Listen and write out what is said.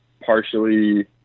partially